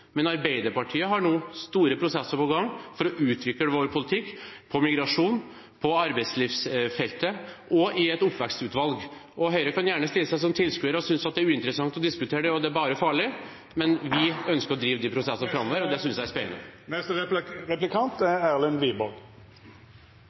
men Arbeiderpartiet har nå store prosesser på gang for å utvikle vår politikk innenfor migrasjon, på arbeidslivsfeltet og i et oppvekstutvalg. Høyre kan gjerne stille seg som tilskuere og synes at det er uinteressant å diskutere dette, og at det bare er farlig, men vi ønsker å drive de prosessene framover. Det synes jeg er spennende.